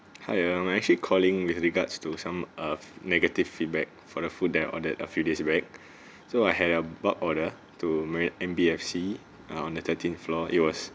hi um I'm actually calling with regards to some of negative feedback for the food that I've ordered a few days back so I had a bulk order to marin~ M_B_F_C uh on the thirteenth floor it was